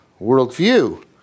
worldview